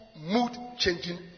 mood-changing